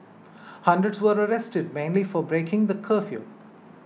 hundreds were arrested mainly for breaking the curfew